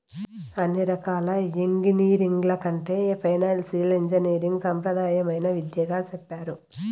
అన్ని రకాల ఎంగినీరింగ్ల కంటే ఫైనాన్సియల్ ఇంజనీరింగ్ సాంప్రదాయమైన విద్యగా సెప్తారు